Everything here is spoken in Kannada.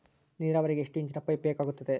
ನೇರಾವರಿಗೆ ಎಷ್ಟು ಇಂಚಿನ ಪೈಪ್ ಬೇಕಾಗುತ್ತದೆ?